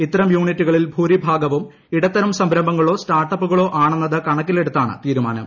ഇത്തരം യൂണിറ്റുകളിൽ ഭൂരിഭാഗവും ഇടത്തരം സംരംഭങ്ങളോ സ്റ്റാർട്ടപ്പുകളോ ആണെന്നത് കണക്കിലെടുത്താണ് തീരുമാനം